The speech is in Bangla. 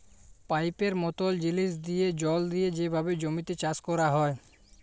পাইপের মতল জিলিস দিঁয়ে জল দিঁয়ে যেভাবে জমিতে চাষ ক্যরা হ্যয়